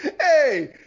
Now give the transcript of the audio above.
Hey